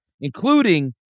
including